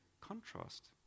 Contrast